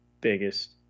biggest